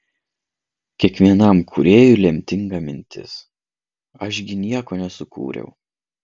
kiekvienam kūrėjui lemtinga mintis aš gi nieko nesukūriau